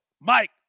Mike